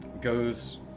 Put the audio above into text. goes